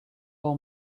all